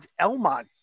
Elmont